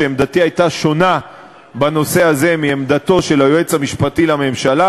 שעמדתי הייתה שונה בנושא הזה מעמדתו של היועץ המשפטי לממשלה,